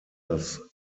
das